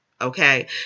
okay